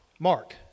Mark